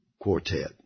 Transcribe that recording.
Quartet